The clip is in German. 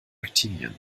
aktivieren